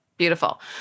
beautiful